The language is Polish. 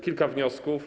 Kilka wniosków.